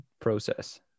process